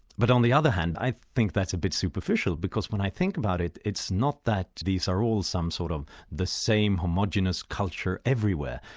but on the other hand, i think that's a bit superficial because when i think about it, it's not that these are all some sort of the same homogenous culture everywhere,